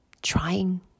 Trying